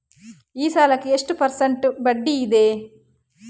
ಈ ಸಾಲಕ್ಕೆ ಎಷ್ಟು ಪರ್ಸೆಂಟ್ ಬಡ್ಡಿ ಇದೆ?